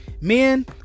men